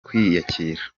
kwiyakira